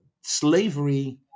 slavery